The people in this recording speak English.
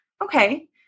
Okay